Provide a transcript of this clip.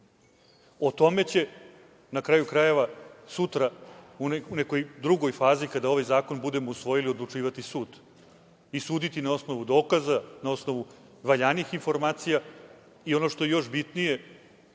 O tome će na kraju krajeva sutra u nekoj drugoj fazi, kada ovaj zakon budemo usvojili, odlučivati sud i suditi na osnovu dokaza, na osnovu valjanih informacija i ono što je još bitnije,